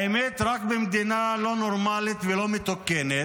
האמת, עד היום, רק במדינה לא נורמלית ולא מתוקנת